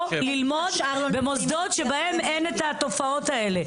ללמוד במוסדות שבהם אין את התופעות האלה,